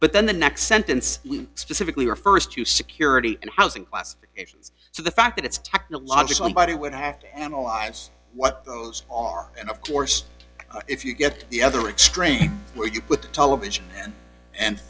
but then the next sentence specifically refers to security and housing classifications so the fact that it's technologically body would have to analyze what those are and of course if you get to the other extreme where you put the television and